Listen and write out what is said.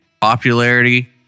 popularity